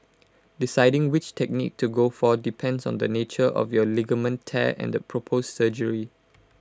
deciding which technique to go for depends on the nature of your ligament tear and the proposed surgery